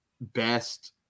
Best